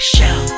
Show